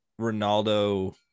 Ronaldo